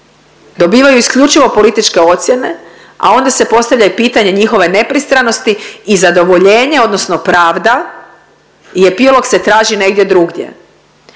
dobivaju isključivo političke ocjene, a onda se postavlja i pitanje njihove nepristranosti i zadovoljenje odnosno pravda i epilog se traži negdje drugdje.